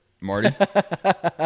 marty